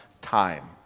time